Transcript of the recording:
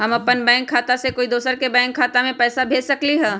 हम अपन बैंक खाता से कोई दोसर के बैंक खाता में पैसा कैसे भेज सकली ह?